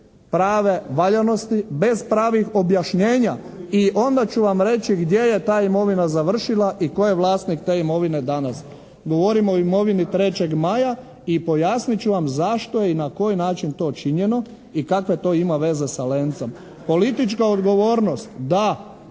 prave valjanosti, bez pravih objašnjenja. I onda ću vam reći gdje je ta imovina završila i tko je vlasnik te imovine danas. Govorim o imovini «Trećeg maja» i pojasnit ću vam zašto je i na koji način to činjeno i kakve to ima veze sa «Lencom»? Politička odgovornost da,